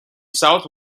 south